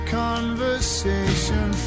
conversation